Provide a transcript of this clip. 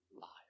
life